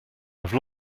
i’ve